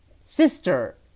sister